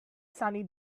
sunny